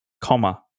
comma